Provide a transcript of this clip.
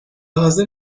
حاضر